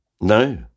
No